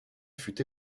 fut